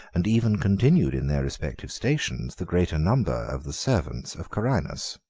and even continued in their respective stations the greater number of the servants of carinus.